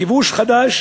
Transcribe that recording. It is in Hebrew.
כיבוש חדש?